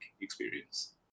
experience